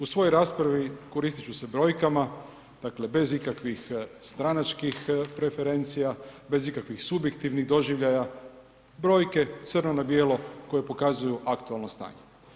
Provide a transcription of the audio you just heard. U svojoj raspravi koristit ću se brojkama, dakle bez ikakvih stranačkih preferencija, bez ikakvih subjektivnih doživljaja, brojke crno na bijelo koje pokazuju aktualno stanje.